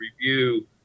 review